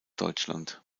deutschland